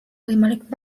võimalik